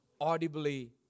audibly